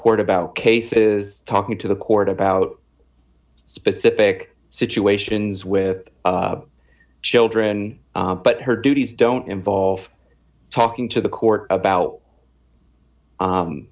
court about cases talking to the court about specific situations with children but her duties don't involve talking to the court about